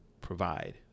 provide